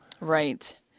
Right